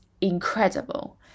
incredible